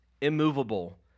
immovable